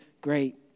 great